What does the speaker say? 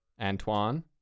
Antoine